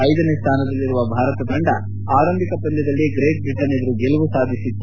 ಐದನೇ ಸ್ಥಾನದಲ್ಲಿರುವ ಭಾರತ ತಂಡ ಆರಂಭಿಕ ಪಂದ್ಯದಲ್ಲಿ ಗ್ರೇಟ್ ಬ್ರಿಟನ್ ಎದುರು ಗೆಲುವು ಸಾಧಿಸಿತ್ತು